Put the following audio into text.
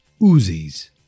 Uzis